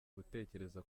gutekereza